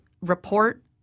report